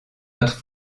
notre